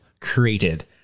created